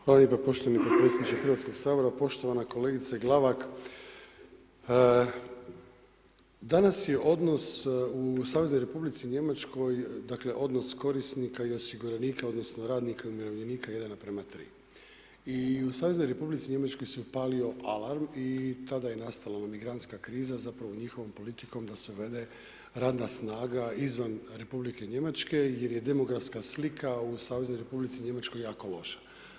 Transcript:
Hvala lijepo poštovani podpredsjedniče Hrvatskog sabora, poštovana kolegice Glavak danas je odnos u Saveznoj Republici Njemačkoj, dakle odnos korisnika i osiguranika odnosno radnika i umirovljenika 1:3 i u Saveznoj Republici Njemačkoj se upalio alarm i tada je nastala ona migrantska kriza zapravo njihovom politikom da se uvede radna snaga izvan Republike Njemačke jer je demografska slika u Saveznoj Republici Njemačkoj jako loša.